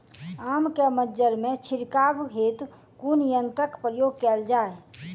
आम केँ मंजर मे छिड़काव हेतु कुन यंत्रक प्रयोग कैल जाय?